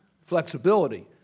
flexibility